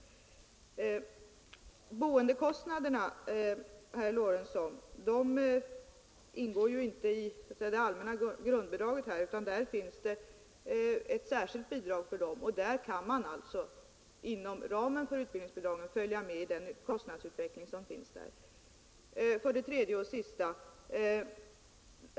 Boendekostnaderna, herr Lorentzon, ingår inte i det allmänna grundbidraget utan det finns ett särskilt bidrag till dem. I den kostnadsutvecklingen kan man alltså följa med inom ramen för utbildningsbidragen.